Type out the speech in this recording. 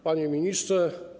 Panie Ministrze!